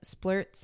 splurts